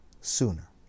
sooner